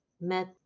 met